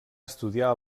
estudiar